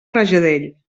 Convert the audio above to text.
rajadell